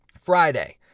Friday